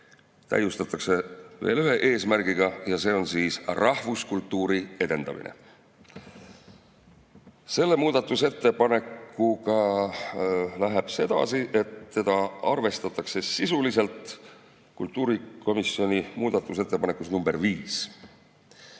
täiustatakse veel ühe eesmärgiga ja see on rahvuskultuuri edendamine. Selle muudatusettepanekuga läheb sedasi, et seda arvestatakse sisuliselt kultuurikomisjoni muudatusettepanekus nr 5.